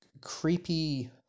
creepy